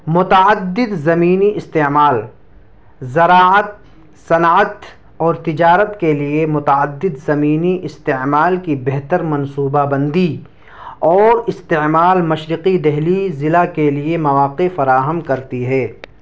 متعدد زمینی استعمال زراعت صنعت اور تجارت کے لیے متعدد زمینی استعمال کی بہتر منصوبہ بندی اور استعمال مشرقی دہلی ضلع کے لیے مواقع فراہم کرتی ہے